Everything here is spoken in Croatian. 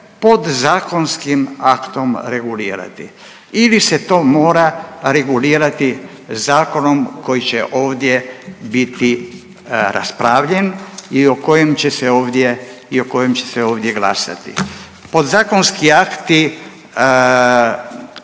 podzakonskim aktom regulirati ili se to mora regulirati zakonom koji će ovdje biti raspravljen i o kojem će se ovdje glasati. Podazakonski akti,